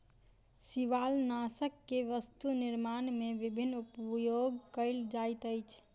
शिवालनाशक के वस्तु निर्माण में विभिन्न उपयोग कयल जाइत अछि